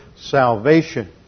salvation